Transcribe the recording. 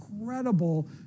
incredible